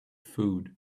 food